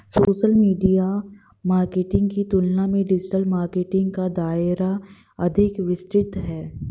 social media marketing की तुलना में डिजिटल मार्केटिंग का दायरा अधिक विस्तृत है